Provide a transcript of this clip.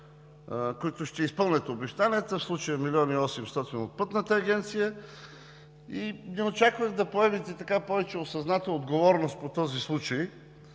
които ще изпълнят обещанията, в случая 1 млн. 800 хил. лв. от Пътната агенция. Не очаквах да поемете повече осъзната отговорност по този случай,